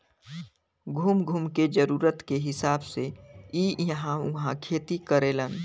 घूम घूम के जरूरत के हिसाब से इ इहां उहाँ खेती करेलन